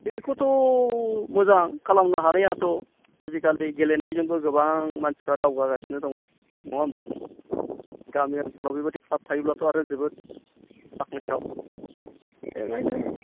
बेखौथ' मोजां खालामनो हानायाथ' आजिखालि गेलेनायजोंबो गोबां मानसिफ्रा दावगागासिनो दङ नङा होमब्ला गामि ओनसोलाव बेबायदि क्लाब थायोब्लाथ' आरो जोबोद बाखनायथाव बेखायनो